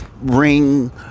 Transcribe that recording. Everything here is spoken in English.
ring